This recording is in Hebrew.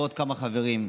ועוד כמה חברים: